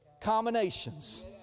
combinations